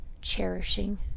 cherishing